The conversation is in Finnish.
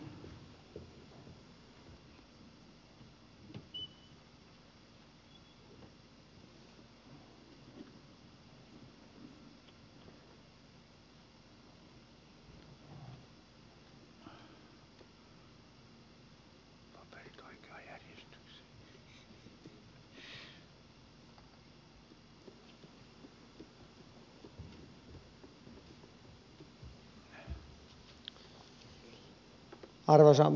arvoisa puhemies